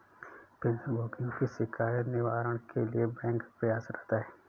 pension भोगियों की शिकायत निवारण के लिए बैंक प्रयासरत है